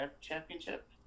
Championship